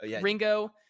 Ringo